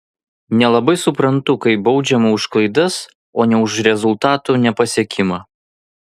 nelabai suprantu kai baudžiama už klaidas o ne už rezultatų nepasiekimą